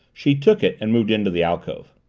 she took it and moved into the alcove.